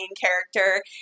character